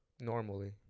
normally